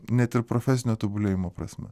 net ir profesinio tobulėjimo prasme